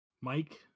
mike